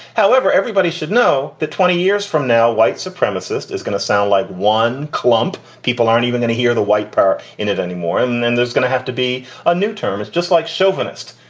however, everybody should know that twenty years from now, white supremacist is going to sound like one clump. people aren't even going to hear the white powder in it anymore. and then there's going to have to be a new term. it's just like chauvinist.